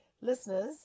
Listeners